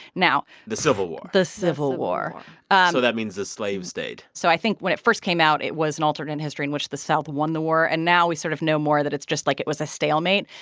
the civil war the civil war so that means the slaves stayed so i think when it first came out, it was an alternate history in which the south won the war. and now we sort of know more that it's just like it was a stalemate.